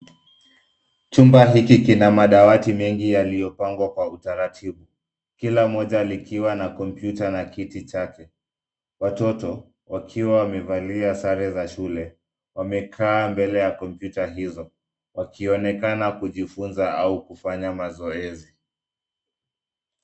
Chumba hiki kina madawati mengi yaliyopangwa kwa utaratibu kila mja likiwa na kompyuta na kiti chake watoto wakiwa wamevalia sare za shule wamekaa mbele ya kompyuta hizo wakionekana kjifunza au kufanya mazoezi.